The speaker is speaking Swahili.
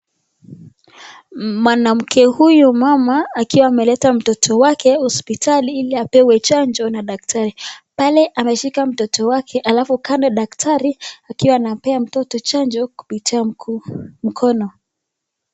Mwanamke huyu mama akiwa ameleta mtoto wake hosiptali ili apewe chanjo na daktari, pale ameshika mtoto wake halafu kando daktari akiwa anapea mtoto chanjo kupitia mkono.